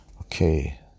Okay